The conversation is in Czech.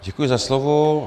Děkuji za slovo.